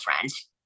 friends